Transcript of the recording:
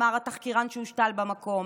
אמר התחקירן שהושתל במקום.